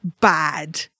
bad